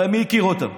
הרי מי הכיר אותם?